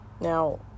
Now